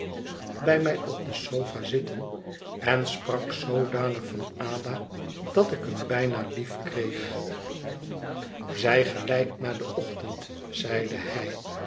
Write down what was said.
bij mij op de sofa zitten en sprak zoodanig van ada dat ik hem bijna liefkreeg zij gelijkt naar den ochtend zeide hij